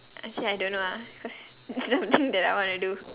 actually I don't know ah cause nothing that I wanna do